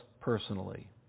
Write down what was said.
personally